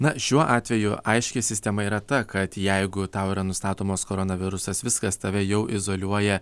na šiuo atveju aiški sistema yra ta kad jeigu tau yra nustatomas koronavirusas viskas tave jau izoliuoja